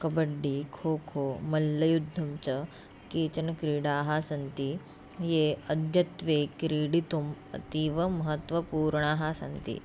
कब्बड्डि खो खो मल्लयुद्धं च केचन क्रीडाः सन्ति ये अद्यत्वे क्रीडितुम् अतीवमहत्त्वपूर्णाः सन्ति